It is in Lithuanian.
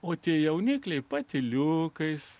o tie jaunikliai patyliukais